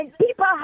people